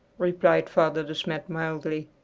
replied father de smet mildly,